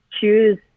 choose